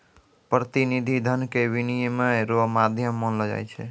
प्रतिनिधि धन के विनिमय रो माध्यम मानलो जाय छै